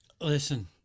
Listen